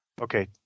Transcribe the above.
Okay